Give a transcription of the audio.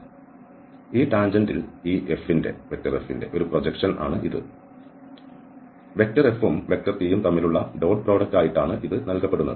അതിനാൽ ഈ ടാൻജെന്റിൽ ഈ F ന്റെ ഒരു പ്രൊജക്ഷൻ ആണ് ഇത് Fഉം Tയും തമ്മിലുള്ള ഡോട്ട് പ്രോഡക്റ്റ് ആയിട്ടാണ് ഇത് നൽകപ്പെടുന്നത്